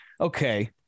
Okay